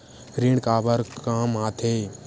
ऋण काबर कम आथे?